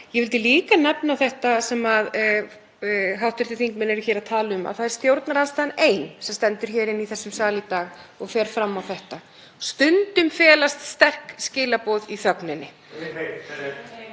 Ég vil líka nefna það sem hv. þingmenn eru hér að tala um, að það er stjórnarandstaðan ein sem stendur í þessum sal í dag og fer fram á þetta. Stundum felast sterk skilaboð í þögninni.